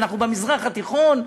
ואנחנו במזרח התיכון,